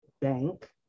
bank